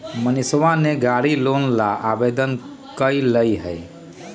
मनीषवा ने गाड़ी लोन ला आवेदन कई लय है